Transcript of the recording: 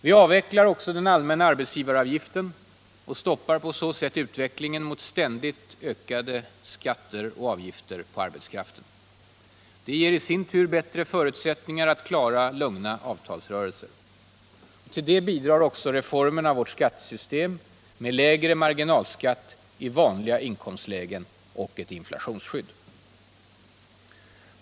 Vi avvecklar också den allmänna arbetsgivaravgiften och stoppar på så sätt utvecklingen mot ständigt ökade skatter och avgifter på arbetskraften. Det ger i sin tur bättre förutsättningar för att klara lugna avtalsrörelser. Till det bidrar också reformeringen av vårt skattesystem, med lägre marginalskatt i vanliga inkomstlägen och inflationsskydd.